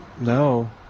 No